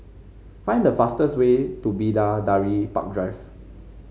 find the fastest way to Bidadari Park Drive